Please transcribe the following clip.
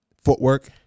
footwork